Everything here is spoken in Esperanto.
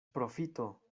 profito